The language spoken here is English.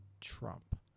Trump